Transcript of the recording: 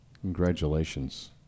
Congratulations